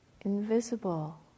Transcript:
Invisible